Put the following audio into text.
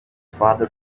father